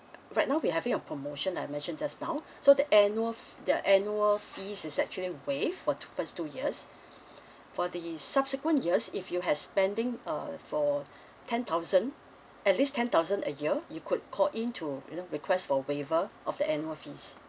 right now we having a promotion I mentioned just now so the annual the annual fees is actually waived for two first two years for the subsequent years if you has spending uh for ten thousand at least ten thousand a year you could call in to you know request for waiver of the annual fees